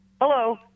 Hello